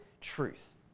truth